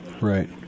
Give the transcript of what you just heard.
Right